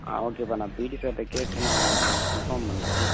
ஆ ஓகேப்பா நான் பீட்டி சார்கிட்ட கேட்டு நான் உங்களுக்கு கன்ஃபார்ம் பண்ணுறேன்